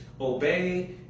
Obey